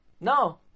No